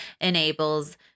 enables